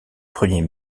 premier